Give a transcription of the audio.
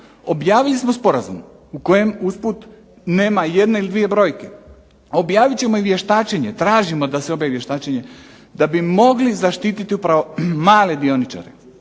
Objavili smo sporazum u kojem usput nema jedne ili dvije brojke. Objavit ćemo i vještačenje. Tražimo da se obavi vještačenje da bi mogli zaštititi upravo male dioničare.